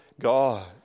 God